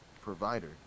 provider